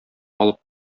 алып